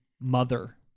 mother